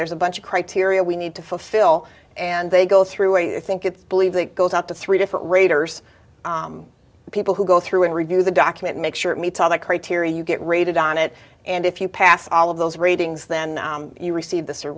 there's a bunch of criteria we need to fulfill and they go through a think it's believed that goes out to three different raters people who go through and review the document make sure it meets all the criteria you get rated on it and if you pass all of those ratings then you receive this or